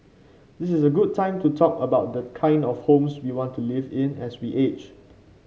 this is a good time to talk about the kind of homes we want to live in as we age